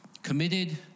committed